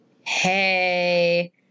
hey